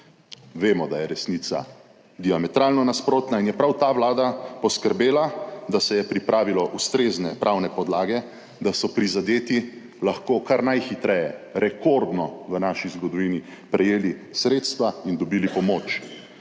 Vemo, da je resnica diametralno nasprotna in je prav ta vlada poskrbela, da se je pripravilo ustrezne pravne podlage, da so prizadeti lahko kar najhitreje, rekordno v naši zgodovini, prejeli sredstva in dobili pomoč.